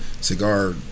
cigar